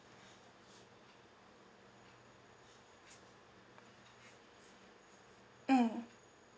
mm